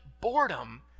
boredom